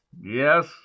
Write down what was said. Yes